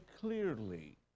clearly